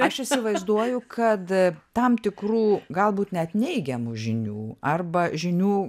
aš įsivaizduoju kad tam tikrų galbūt net neigiamų žinių arba žinių